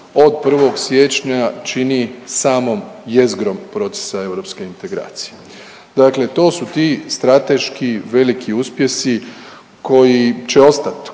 od 1. siječnja čini samom jezgrom procesa europske integracije. Dakle, to su ti strateški veliki uspjesi koji će ostat,